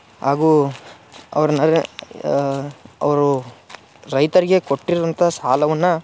ಹಾಗೂ ಅವ್ರು ನರ್ರ್ ಅವರು ರೈತರಿಗೆ ಕೊಟ್ಟಿರುವಂಥಾ ಸಾಲವನ್ನ